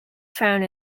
found